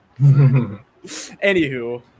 anywho